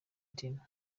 tino